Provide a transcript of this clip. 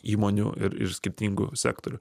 įmonių ir ir skirtingų sektorių